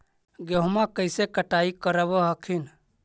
गेहुमा कैसे कटाई करब हखिन?